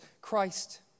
Christ